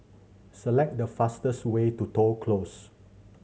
select the fastest way to Toh Close